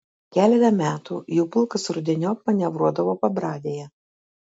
keletą metų jų pulkas rudeniop manevruodavo pabradėje